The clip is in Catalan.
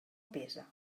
pesa